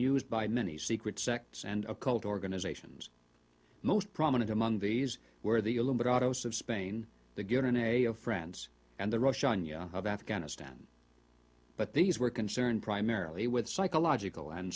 used by many secret sects and occult organizations most prominent among these were the olympic autos of spain the good in a of france and the russia of afghanistan but these were concerned primarily with psychological and